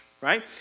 Right